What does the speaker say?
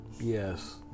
Yes